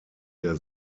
der